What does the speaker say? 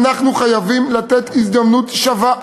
אנחנו חייבים לתת הזדמנות שווה,